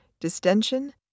distension